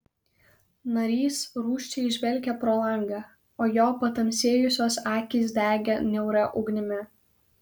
narys rūsčiai žvelgė pro langą o jo patamsėjusios akys degė niauria ugnimi